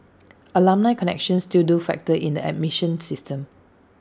alumni connections still do factor in the admission system